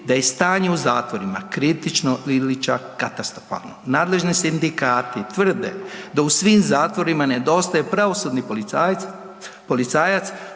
da je stanje u zatvorima kritično ili čak katastrofalno. Nadležni sindikati tvrde da u svim zatvorima nedostaje pravosudni policajac